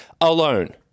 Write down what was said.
alone